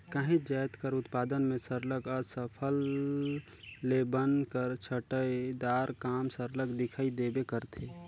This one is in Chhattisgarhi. काहींच जाएत कर उत्पादन में सरलग अफसल ले बन कर छंटई दार काम सरलग दिखई देबे करथे